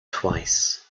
twice